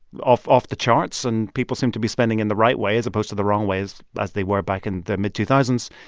off off the charts, and people seem to be spending in the right way, as opposed to the wrong ways, as they were back in the mid two thousand s.